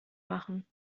machen